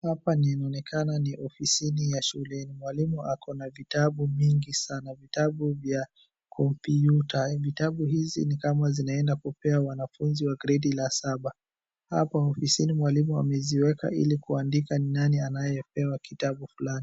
Hapa ni inaonekana ni ofisini ya shuleni. Mwalimu ako na vitabu mingi sana, vitabu vya kompyuta, vitabu hizi ni kama zinaenda kupewa wanafunzi wa grade la saba. Hapa ofisini mwalimu ameziweka ili kuandika ni nani anyepewa kitabu fulani.